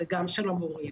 וגם של המורים,